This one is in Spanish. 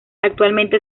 actualmente